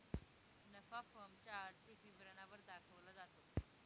नफा फर्म च्या आर्थिक विवरणा वर दाखवला जातो